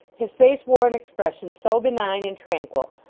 his face wore an expression so benign and tranquil,